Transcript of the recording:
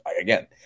again